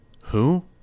Who